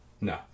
No